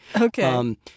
Okay